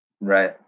Right